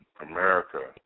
America